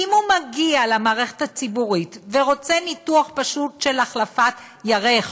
כי אם הוא מגיע למערכת הציבורית ורוצה ניתוח פשוט של החלפת ירך,